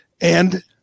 And-